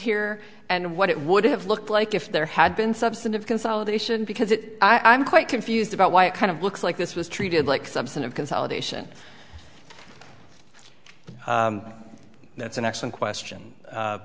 here and what it would have looked like if there had been substantive consolidation because it i'm quite confused about why it kind of looks like this was treated like some sort of consolidation but that's an excellent question